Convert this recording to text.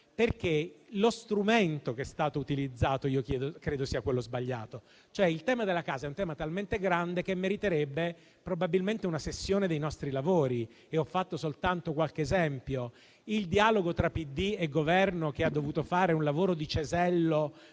che lo strumento che è stato utilizzato sia quello sbagliato. Cioè, il tema della casa è un tema talmente grande che meriterebbe probabilmente una sessione dei nostri lavori e ho fatto soltanto qualche esempio. Il dialogo tra PD e Governo, che ha dovuto fare un lavoro di cesello, per